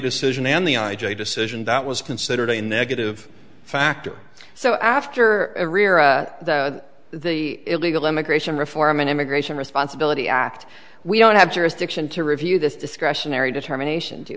a decision that was considered a negative factor so after rear the illegal immigration reform and immigration responsibility act we don't have jurisdiction to review this discretionary determination